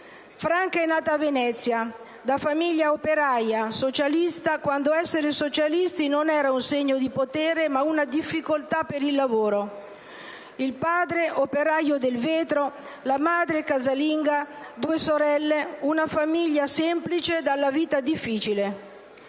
Franca è nata a Venezia, da famiglia operaia, socialista, quando essere socialisti non era un segno di potere, ma una difficoltà per il lavoro. Il padre operaio del vetro, la madre casalinga, due sorelle, una famiglia semplice dalla vita difficile.